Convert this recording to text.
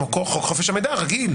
כמו כל חופש המידע, רגיל.